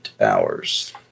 hours